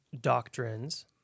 doctrines